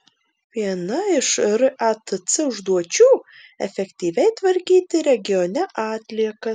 viena iš ratc užduočių efektyviai tvarkyti regione atliekas